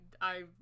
I-